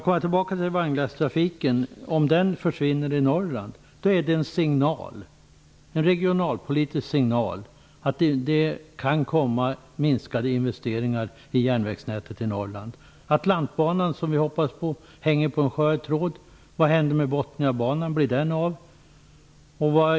Om vagnslasttrafiken försvinner i Norrland är det en regionalpolitisk signal om att det kan bli minskade investeringar i järnvägsnätet i Norrland. Antlantbanan, som vi hoppas på, hänger på en skör tråd. Vad händer med Bothniabanan? Blir den av?